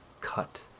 cut